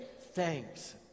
thanks